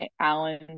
Alan